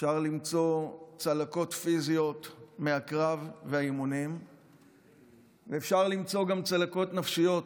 אפשר למצוא צלקות פיזיות מהקרב ומהאימונים ואפשר למצוא גם צלקות נפשיות